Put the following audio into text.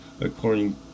according